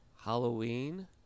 Halloween